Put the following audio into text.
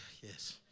yes